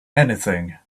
anything